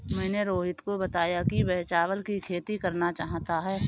मैंने रोहित को बताया कि वह चावल की खेती करना चाहता है